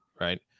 right